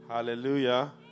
Hallelujah